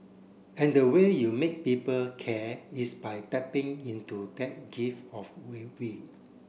and the way you make people care is by tapping into that gift of